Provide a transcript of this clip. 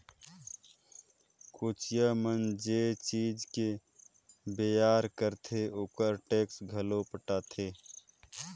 कोचिया मन जे चीज के बेयार करथे ओखर टेक्स घलो पटाथे